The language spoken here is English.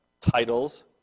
titles